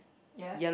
yes